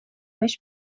بهش